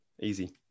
Easy